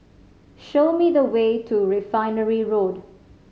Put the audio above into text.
show me the way to Refinery Road